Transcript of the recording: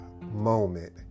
Moment